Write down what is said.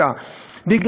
מה הסנקציה נגדם?